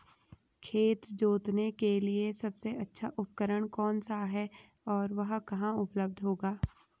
खेत जोतने के लिए सबसे अच्छा उपकरण कौन सा है और वह कहाँ उपलब्ध होगा?